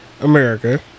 America